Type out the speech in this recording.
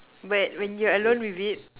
when when you're alone with it